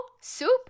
soup